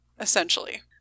essentially